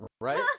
Right